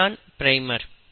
இது தான் பிரைமர்